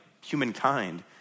humankind